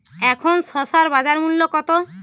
এখন শসার বাজার মূল্য কত?